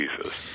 Jesus